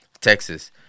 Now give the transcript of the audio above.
Texas